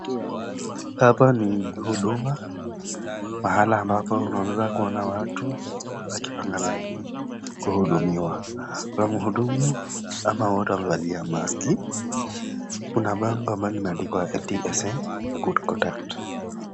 Hapa ni huduma pahala ambapo unaweza kuona watu wakipanga laini kuhudumiwa. Kuna mhudumu, ama wote wamevalia maski . Kuna bango ambalo limeandikwa NTSA na Good Conduct .